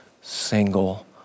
single